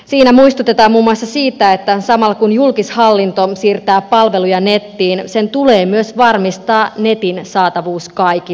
siinä muistutetaan muun muassa siitä että samalla kun julkishallinto siirtää palveluja nettiin sen tulee myös varmistaa netin saatavuus kaikille